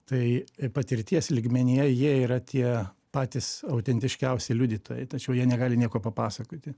tai patirties lygmenyje jie yra tie patys autentiškiausi liudytojai tačiau jie negali nieko papasakoti